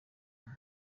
umwe